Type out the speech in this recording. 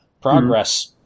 progress